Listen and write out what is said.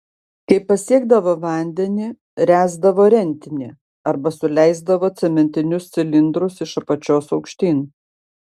kai pasiekdavo vandenį ręsdavo rentinį arba suleisdavo cementinius cilindrus iš apačios aukštyn